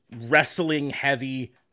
wrestling-heavy